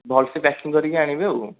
ଭଲ୍ ସେ ପ୍ୟାକିଂ କରିକି ଆଣିବେ ଆଉ